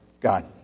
God